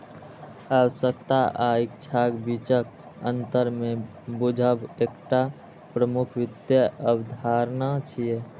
आवश्यकता आ इच्छाक बीचक अंतर कें बूझब एकटा प्रमुख वित्तीय अवधारणा छियै